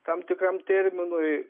tam tikram terminui